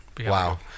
wow